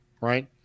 right